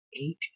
eight